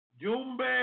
Jumbe